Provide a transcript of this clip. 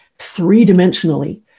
three-dimensionally